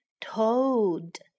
Toad